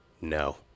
no